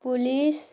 police